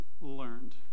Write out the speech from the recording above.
learned